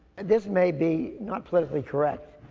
this may be not politically correct.